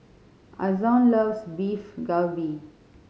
Ason loves Beef Galbi